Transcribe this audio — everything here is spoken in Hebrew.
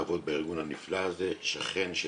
לו לסייע למצוא את התור המתאים למצב שלו,